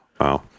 Wow